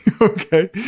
okay